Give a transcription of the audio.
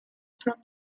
from